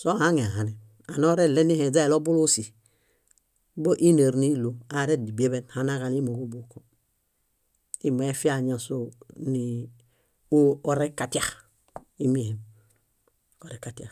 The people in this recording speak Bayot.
Sohaŋehanen. Anorelenihe niźaniloḃulusi bóinaar níilu. Arebieḃen, hanaġalimo kóbuoko. Íi mefia ñásoo nii orẽġatia ímiehe, orẽġatia